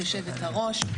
יושבת-הראש.